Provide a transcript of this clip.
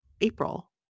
April